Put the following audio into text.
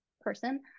person